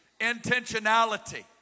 Intentionality